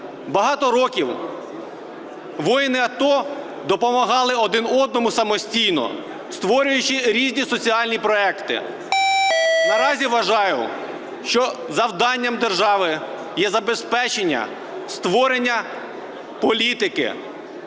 Багато років воїни АТО допомагали один одному самостійно, створюючи різні соціальні проекти. Наразі, вважаю, що завданням держави є забезпечення створення політики,